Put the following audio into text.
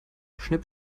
schnipp